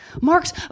Mark's